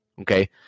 Okay